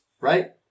Right